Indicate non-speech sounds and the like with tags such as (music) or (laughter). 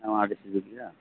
অ (unintelligible)